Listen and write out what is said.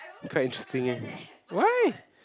quite interesting eh why